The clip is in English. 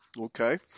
Okay